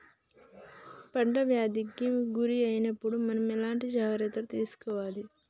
పంట వ్యాధి కి గురి అయినపుడు మనం ఎలాంటి చర్య తీసుకోవాలి?